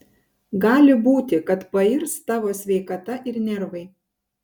gali būti kad pairs tavo sveikata ir nervai